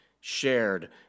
shared